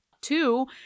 Two